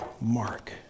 Mark